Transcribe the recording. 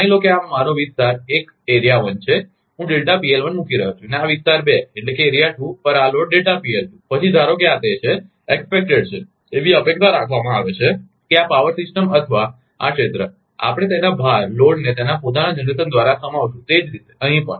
માની લો કે આ મારો વિસ્તાર એક છે હું મૂકી રહ્યો છું અને આ વિસ્તાર બે પર આ લોડ છે પછી ધારો કે આ તે છે તે અપેક્ષિત છે એવી અપેક્ષા રાખવામાં આવે છે કે આ પાવર સિસ્ટમ અથવા આ ક્ષેત્ર આપણે તેના ભારલોડને તેના પોતાના જનરેશન દ્વારા સમાવીશું તે જ રીતે અહીં પણ